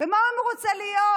ומה אם הוא רוצה להיות